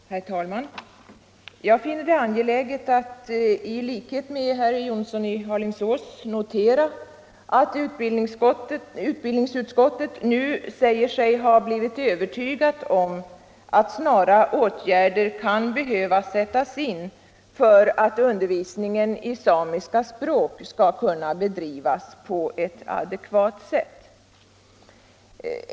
Herr talman! Jag finner det angeläget att i likhet med herr Jonsson i Alingsås notera att utbildningsutskottet nu säger sig ha blivit övertygat om att snara åtgärder kan behöva sättas in för att undervisningen i samiska språk skall kunna bedrivas på ett adekvat sätt.